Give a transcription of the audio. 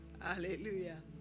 Hallelujah